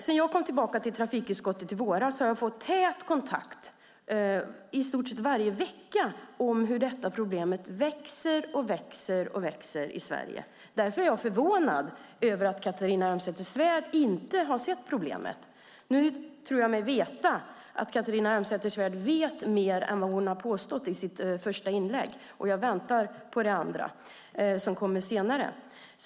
Sedan jag kom tillbaka till trafikutskottet i våras har jag i stort sett varje vecka fått information från mina kontakter om hur detta problem växer och växer i Sverige. Därför är jag förvånad över att Catharina Elmsäter-Svärd inte har sett problemet. Nu tror jag mig veta att Catharina Elmsäter-Svärd vet mer än vad hon har påstått i sitt första inlägg. Jag väntar på det andra.